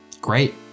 Great